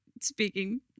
speaking